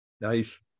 Nice